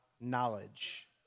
knowledge